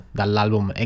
dall'album